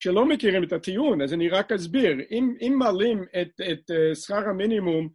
שלא מכירים את הטיעון, אז אני רק אסביר, אם מעלים את שכר המינימום